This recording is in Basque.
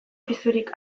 pisurik